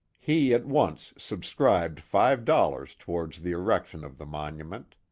he at once subscribed five dollars towards the erection of the monument.